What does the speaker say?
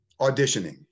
auditioning